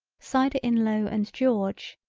cider in low and george.